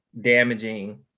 damaging